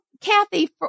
Kathy